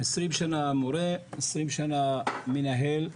20 שנה מורה, 20 שנה מנהל.